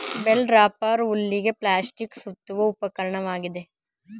bale wrapper ಹುಲ್ಲಿಗೆ plastic ಸುತ್ತುವ ಉಪಕರಣವಾಗಿದೆ